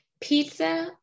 pizza